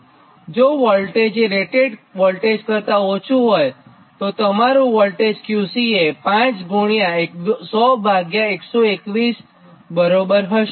જો વોલ્ટેજ એ rated voltage કરતાં ઓછું હોય તો તમારું વોલ્ટેજ આ QC એ 5 ∗ 100121 બરાબર હશે